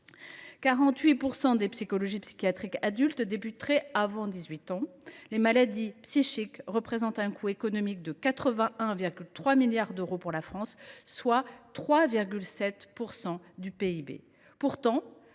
48 % des pathologies psychiatriques des adultes commenceraient avant l’âge de 18 ans. Les maladies psychiques représentent un coût économique de 81,3 milliards d’euros pour la France, soit 3,7 % du PIB. Pourtant,